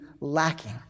lacking